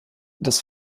das